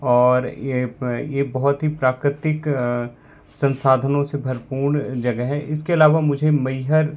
और ये ये बहुत ही प्राकृतिक संसाधनों से भरपूर्ण जगह हैं इसके अलावा मुझे मैहर